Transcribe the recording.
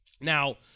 Now